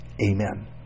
amen